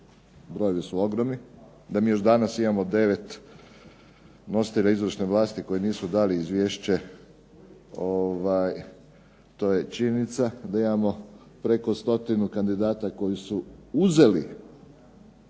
brojevi su ogromni. Da mi još danas imamo 9 nositelja izvršne vlasti koji nisu dali izvješće to je činjenica, da imamo preko stotinu kandidata koji su uzeli,